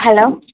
hello